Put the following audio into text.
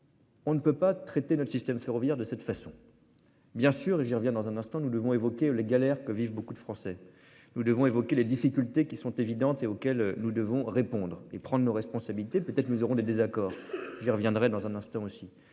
On ne peut pas traiter notre système ferroviaire de cette façon. Bien sûr et j'y reviens dans un instant nous devons évoquer la galère que vivent beaucoup de Français nous devons évoquer les difficultés qui sont évidentes et auxquelles nous devons répondre et prendre nos responsabilités peut-être nous aurons des désaccords. J'y reviendrai dans un instant aussi